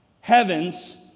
heavens